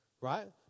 right